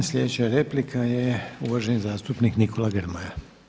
I sljedeća replika je uvaženi zastupnik Nikola Grmoja.